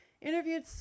Interviewed